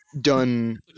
done